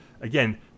again